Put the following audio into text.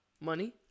money